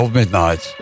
midnight